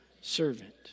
servant